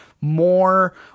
more